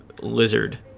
lizard